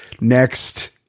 next